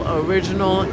original